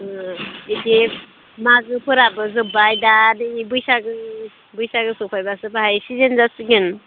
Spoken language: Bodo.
बिदि मागोफोराबो जोब्बाय दा नै बैसागो बैसागोखो सफायब्लासो बाहायसिगोन जासिगोन